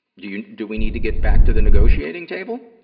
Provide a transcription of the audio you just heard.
you know do we need to get back to the negotiating table?